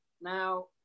now